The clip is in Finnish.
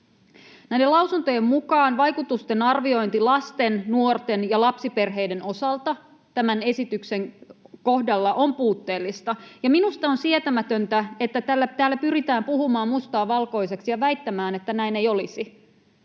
Lausuntojen mukaan vaikutusten arviointi lasten, nuorten ja lapsiperheiden osalta tämän esityksen kohdalla on puutteellista. Ja minusta on sietämätöntä, että täällä pyritään puhumaan mustaa valkoiseksi ja väittämään, että näin ei olisi,